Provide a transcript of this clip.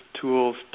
tools